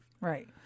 Right